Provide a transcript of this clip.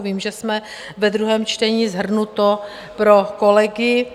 Vím, že jsme ve druhém čtení, shrnu to pro kolegy.